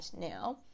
now